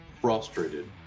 frustrated